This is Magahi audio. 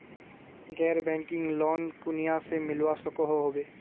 गैर बैंकिंग लोन कुनियाँ से मिलवा सकोहो होबे?